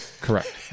Correct